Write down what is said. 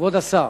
כבוד השר,